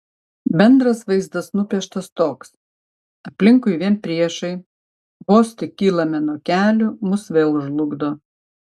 bendras vaizdas nupieštas toks aplinkui vien priešai vos tik kylame nuo kelių mus vėl žlugdo